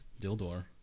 Dildor